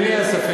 למי היה ספק,